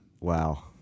wow